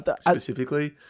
specifically